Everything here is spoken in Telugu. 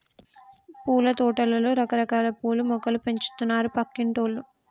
పూలతోటలో రకరకాల పూల మొక్కలు పెంచుతున్నారు పక్కింటోల్లు